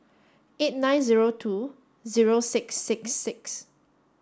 eight nine zero two zero six six six